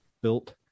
built